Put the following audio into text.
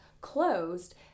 closed